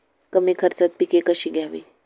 कमी खर्चात पिके कशी घ्यावी?